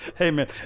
Amen